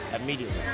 immediately